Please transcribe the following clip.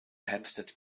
hampstead